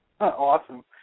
Awesome